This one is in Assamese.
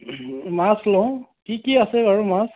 মাছ লওঁ কি কি আছে বাৰু মাছ